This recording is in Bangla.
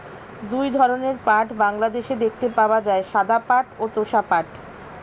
দুই ধরনের পাট বাংলাদেশে দেখতে পাওয়া যায়, সাদা পাট ও তোষা পাট